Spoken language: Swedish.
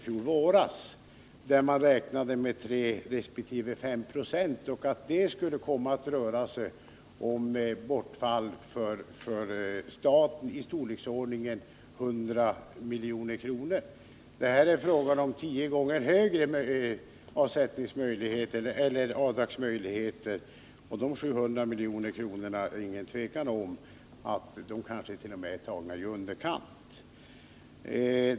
Då räknade man med 3 resp. 5 20, och det skulle komma att röra sig om ett inkomstbortfall för staten i storleksordningen 100 milj.kr. Nu är det fråga om möjligheter till avdrag som är tio gånger större, så det är inget tvivel om att beloppet 700 milj.kr. t.o.m. kan anses vara taget i underkant.